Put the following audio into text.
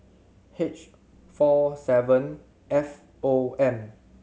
H four seven F O M